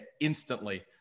instantly